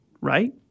right